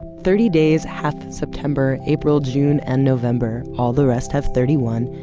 thirty days hath september, april, june, and november. all the rest have thirty one,